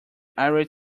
irate